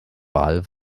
wahl